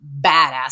badass